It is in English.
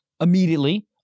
immediately